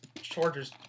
Chargers